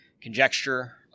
conjecture